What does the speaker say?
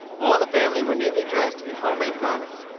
all the family were neatly dressed in home-made garments.